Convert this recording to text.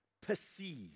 perceive